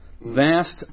Vast